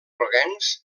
groguencs